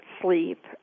sleep